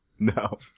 No